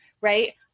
Right